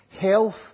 health